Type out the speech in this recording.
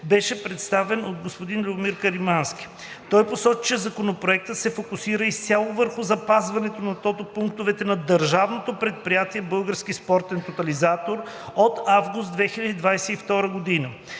беше представен от господин Любомир Каримански. Той посочи, че Законопроектът се фокусира изцяло върху запазването на тотопунктовете на Държавно предприятие „Български спортен тотализатор“ от август 2022 г.